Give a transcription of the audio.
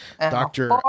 doctor